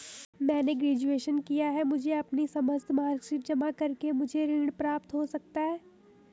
मैंने ग्रेजुएशन किया है मुझे अपनी समस्त मार्कशीट जमा करके मुझे ऋण प्राप्त हो सकता है?